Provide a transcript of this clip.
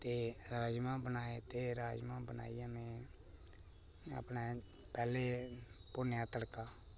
ते राजमां बनाए ते राजमां बनाइयै ते में अपने पैह्लें भुन्नेआ तड़का